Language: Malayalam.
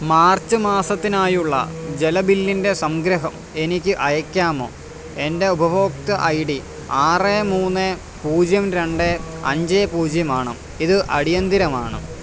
മാർച്ച് മാസത്തിനായുള്ള ജല ബില്ലിൻ്റെ സംഗ്രഹം എനിക്ക് അയയ്ക്കാമോ എൻ്റെ ഉപഭോക്തൃ ഐ ഡി ആറ് മൂന്ന് പൂജ്യം രണ്ട് അഞ്ച് പൂജ്യം ആണ് ഇത് അടിയന്തിരമാണ്